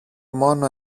μόνο